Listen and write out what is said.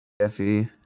Jeffy